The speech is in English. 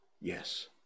yes